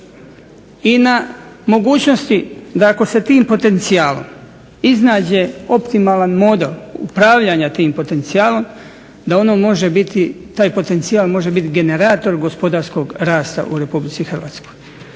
i na mogućnosti da ako se tim potencijalom iznađe optimalan model upravljanja tih potencijalom da taj potencijal može biti generator gospodarskog rasta u RH, ali treba